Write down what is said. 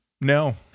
No